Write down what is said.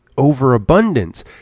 overabundance